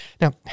Now